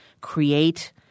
create